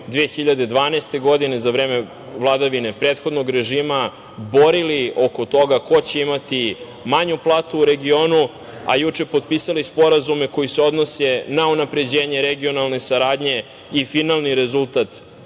2012. godine, za vreme vladavine prethodnog režima, borili oko toga ko će imati manju platu u regionu, a juče potpisali sporazume koji se odnose na unapređenje regionalne saradnje i finalni rezultat